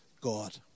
God